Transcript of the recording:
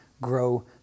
grow